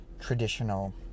traditional